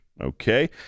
Okay